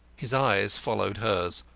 his eyes followed hers.